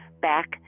back